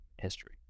history